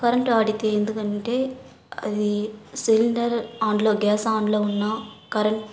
current వాడితే ఎందుకంటే అది సిలిండర్ ఆన్లో గ్యాస్ ఆన్లో ఉన్నా కరెంట్